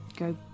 Go